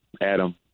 Adam